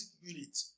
unit